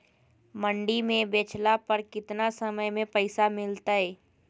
मंडी में बेचला पर कितना समय में पैसा मिलतैय?